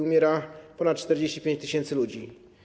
Umiera ponad 45 tys. ludzi.